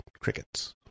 Crickets